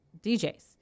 DJs